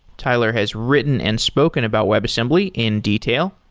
tyler has written and spoken about webassembly in detail.